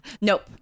Nope